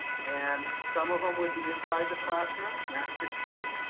and some of them would be inside the classroom, max sixteen.